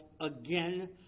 again